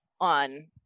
on